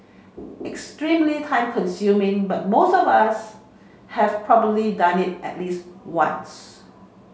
extremely time consuming but most of us have probably done it at least once